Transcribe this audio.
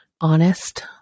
honest